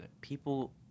People